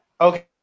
okay